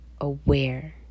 aware